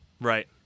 Right